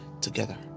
together